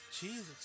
Jesus